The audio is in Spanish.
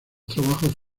trabajos